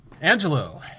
Angelo